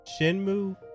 Shenmue